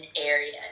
area